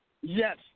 Yes